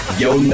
yo